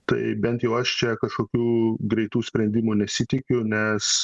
tai bent jau aš čia kažkokių greitų sprendimų nesitikiu nes